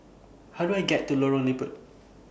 How Do I get to Lorong Liput